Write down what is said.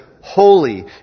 holy